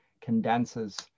condenses